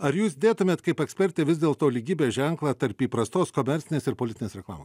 ar jūs dėtumėt kaip ekspertė vis dėlto lygybės ženklą tarp įprastos komercinės ir politinės reklamos